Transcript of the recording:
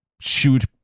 shoot